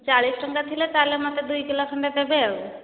ଚାଳିଶ ଟଙ୍କା ଥିଲେ ତା'ହେଲେ ମୋତେ ଦୁଇ କିଲୋ ଖଣ୍ଡେ ଦେବେ ଆଉ